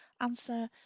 ANSWER